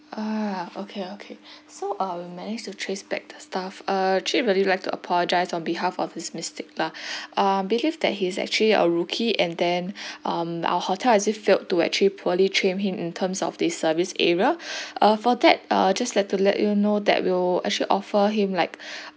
ah okay okay so uh we managed to trace back the staff uh I actually really like to apologies on behalf of his mistake lah uh believe that he's actually a rookie and then um our hotel actually failed to actually poorly trained him in terms of the service area uh for that uh just like to let you know that we'll actually offer him like